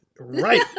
Right